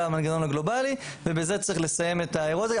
המנגנון הגלובלי ובזה צריך לסיים את האירוע הזה.